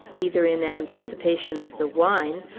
either in anticipation of the wine,